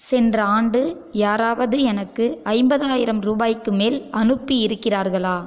சென்ற ஆண்டு யாராவது எனக்கு ஐம்பதாயிரம் ரூபாய்க்கு மேல் அனுப்பி இருக்கிறார்களா